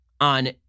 on